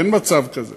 אין מצב כזה.